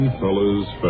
Fella's